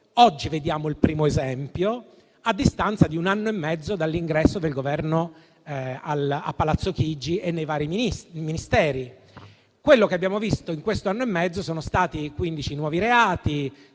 oggi vediamo il primo esempio, a distanza di un anno e mezzo dall'ingresso del Governo a Palazzo Chigi e nei vari Ministeri. Quello che abbiamo visto, in questo anno e mezzo, sono stati quindici nuovi reati.